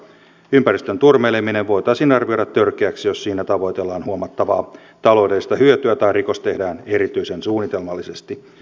ympäristön turmeleminen voitaisiin arvioida törkeäksi jos siinä tavoitellaan huomattavaa taloudellista hyötyä tai rikos tehdään erityisen suunnitelmallisesti